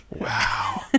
wow